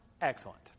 excellent